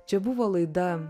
čia buvo laida